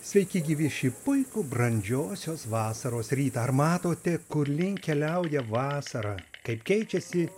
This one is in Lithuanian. sveiki gyvi šį puikų brandžiosios vasaros rytą ar matote kur link keliauja vasara kaip keičiasi